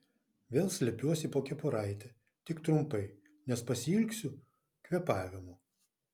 vėl slepiuosi po kepuraite tik trumpai nes pasiilgsiu kvėpavimo